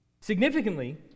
Significantly